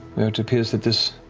where it appears that this